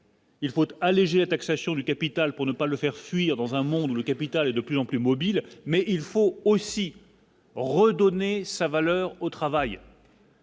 Il faut alléger la taxation du capital pour ne pas le faire fuir dans un monde où le capital est de plus en plus mobiles mais il faut aussi. Redonner sa valeur au travail.